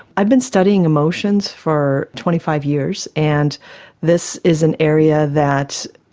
i've been studying emotions for twenty five years, and this is an area that,